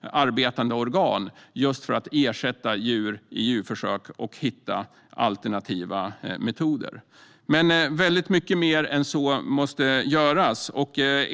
arbetande organ i praktiken när det gäller att ersätta djur i djurförsök och att hitta alternativa metoder. Men mycket mer än så måste göras.